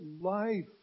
life